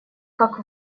как